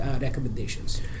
recommendations